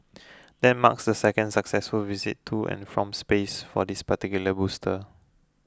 that marks the second successful visit to and from space for this particular booster